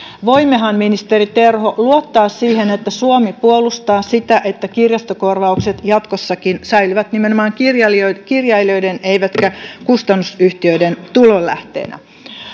voimmehan ministeri terho luottaa siihen että suomi puolustaa sitä että kirjastokorvaukset jatkossakin säilyvät nimenomaan kirjailijoiden kirjailijoiden eivätkä kustannusyhtiöiden tulonlähteenä